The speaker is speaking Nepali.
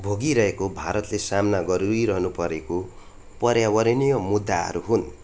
भोगी रहेको भारतले सामना गरिरहनु परेको पर्यावरणीय मुद्दाहरू हुन्